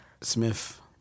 smith